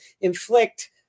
inflict